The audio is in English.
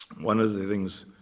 one of the things